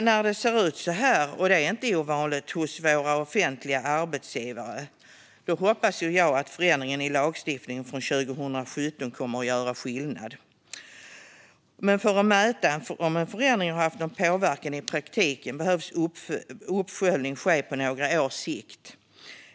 När det då ser ut så här hos våra offentliga arbetsgivare, och det är inte ovanligt, hoppas jag att den förändring i lagstiftningen som gjordes kommer att göra skillnad. Men för att kunna mäta om en förändring har haft någon påverkan i praktiken behöver uppföljning ske på några års sikt.